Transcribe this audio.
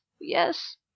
yes